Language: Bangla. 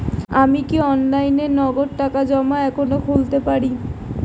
আমি কি অনলাইনে নগদ টাকা জমা এখন খুলতে পারি?